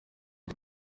cyo